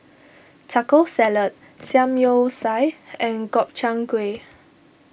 Taco Salad Samgyeopsal and Gobchang Gui